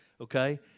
Okay